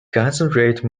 concentrate